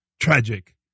tragic